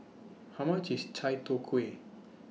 How much IS Chai Tow Kway